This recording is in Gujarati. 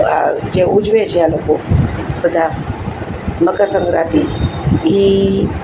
આ જે ઉજવે આ લોકો બધા મકર સંક્રાંતિ એ